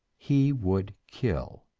he would kill.